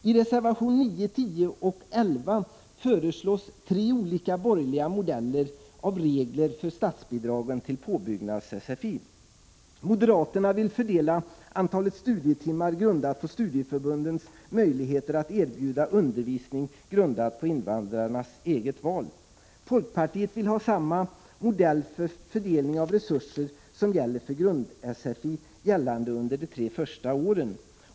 I reservationerna 9, 10 och 11 föreslås tre olika borgerliga modeller av regler för statsbidragen till påbyggnads-sfi. Moderaterna vill fördela antalet studietimmar grundat på studieförbundens möjligheter att erbjuda undervisning grundad på invandrarnas eget val. Folkpartiet vill ha samma modell för fördelning av resurser som gäller för grund-sfi gällande under de tre första åren.